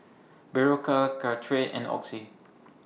Berocca Caltrate and Oxy